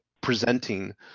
presenting